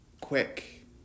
quick